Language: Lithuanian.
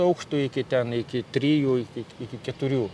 aukštų iki ten iki trijų iki iki keturių